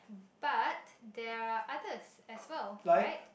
but there are other as well right